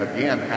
Again